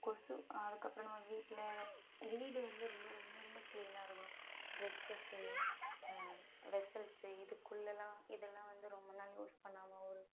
கொசு அதுக்கு அப்புறம் நம்ம வீட்டில் வீடு வந்து ரொம்ப ரொம்ப ரொம்ப ரொம்ப கிளீனாக இருக்கணும் டிரெஸ்சஸ்ஸு வெசெல்ஸ்சு இதுக்குள்ளேலாம் இதை எல்லாம் வந்து ரொம்ப நாள் யூஸ் பண்ணாமல் ஒரு